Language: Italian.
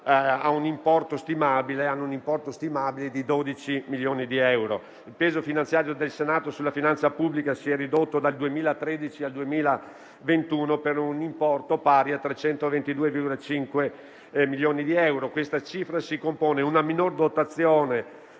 un importo stimabile pari a 12 milioni di euro. Il peso finanziario del Senato sulla finanza pubblica si è ridotto dal 2013 al 2021 di un importo pari a 322,5 milioni di euro. Ciò è stato reso possibile da una minore dotazione